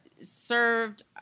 served